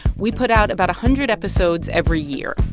we put out about a hundred episodes every year,